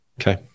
Okay